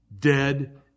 dead